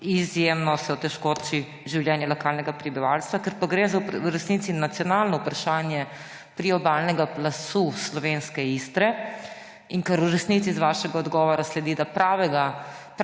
Izjemno se oteži življenje lokalnega prebivalstva. Ker pa gre v resnici za nacionalno vprašanje priobalnega pasu slovenske Istre in ker v resnici iz vašega odgovora sledi, da prave